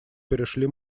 перешли